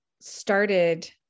started